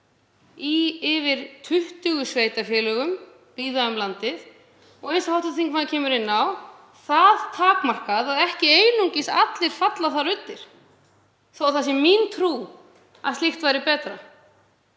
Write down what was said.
í yfir 20 sveitarfélögum víða um landið og eins og hv. þingmaður kemur inn á er það það takmarkað að ekki einu sinni allir falla þar undir þótt það sé mín trú að slíkt væri betra.